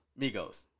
Migos